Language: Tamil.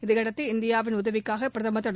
இதையடுத்து இந்தியாவின்உதவிக்காக பிரதமர்திரு